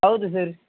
ಹೌದು ಸರ್